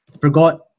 forgot